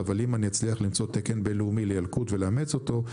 אבל אם אני אצליח למצוא תקן בינלאומי לילקוט ולאמץ אותו,